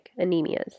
anemias